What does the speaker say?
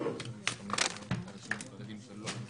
שלום לכולם,